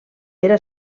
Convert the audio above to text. era